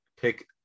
pick